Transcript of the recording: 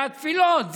זה התפילות,